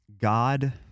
god